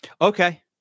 Okay